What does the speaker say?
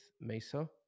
Mesa